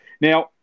Now